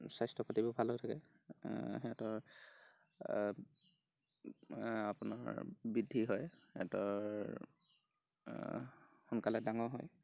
স্বাস্থ্য় পাতিবোৰ ভাল হৈ থাকে সিহঁতৰ আপোনাৰ বৃদ্ধি হয় সিহঁতৰ সোনকালে ডাঙৰ হয়